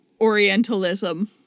Orientalism